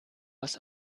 aus